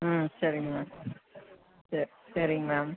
ம் சரிங்க மேம் ச சரிங்க மேம்